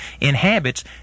inhabits